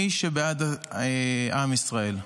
כולנו, כל מי שבעד עם ישראל.